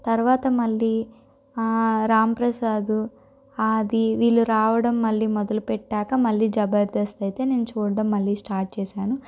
తరువాత మళ్ళీ రాంప్రసాదు ఆది వీళ్ళు రావడం మళ్ళీ మొదలుపెట్టాక మళ్ళీ జబర్దస్త్ అయితే నేను చూడ్డం మళ్ళీ స్టార్ట్ చేసాను